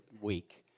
week